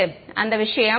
மாணவர் அந்த விஷயம்